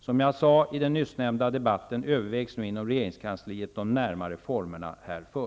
Som jag sade i den nyss nämnda debatten övervägs nu inom regeringskansliet de närmare formerna härför.